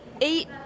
eight